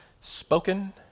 spoken